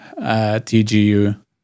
TGU